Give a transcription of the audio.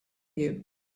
view